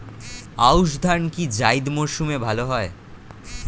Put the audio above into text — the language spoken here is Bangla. আউশ ধান কি জায়িদ মরসুমে ভালো হয়?